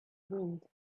wind